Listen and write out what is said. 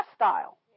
lifestyle